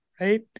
right